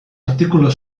artikulu